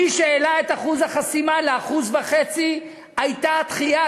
מי שהעלה את אחוז החסימה ל-1.5% היה התחיה,